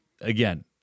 again